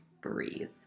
breathe